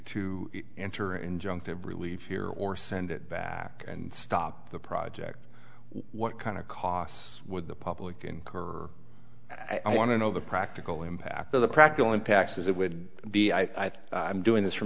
to enter injunctive relief here or send it back and stop the project what kind of costs would the public incur i want to know the practical impact of the practical impacts as it would be i think i'm doing this f